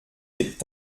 est